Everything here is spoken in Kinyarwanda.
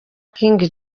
king